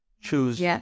choose